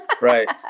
Right